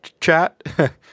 Chat